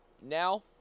Now